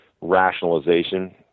rationalization